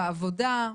בעבודה.